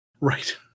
Right